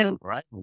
right